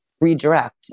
redirect